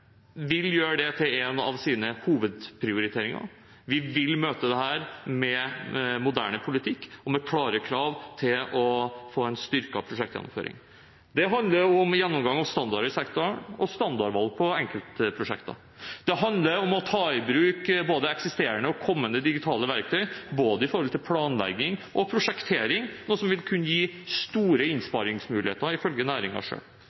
vil gjøre det til en av sine hovedprioriteringer. Vi vil møte dette med moderne politikk og med klare krav til å få en styrket prosjektgjennomføring. Det handler om gjennomgang av standarder i sektoren og standardvalg på enkeltprosjekter. Det handler om å ta i bruk både eksisterende og kommende digitale verktøy, når det gjelder både planlegging og prosjektering, noe som vil kunne gi store